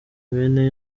bene